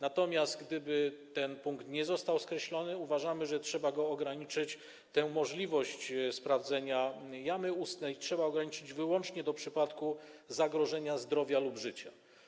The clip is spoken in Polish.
Natomiast gdyby ten punkt nie został skreślony, uważamy, że trzeba ograniczyć jego zakres, tj. możliwość sprawdzenia jamy ustnej trzeba ograniczyć wyłącznie do przypadku zagrożenia zdrowia lub życia.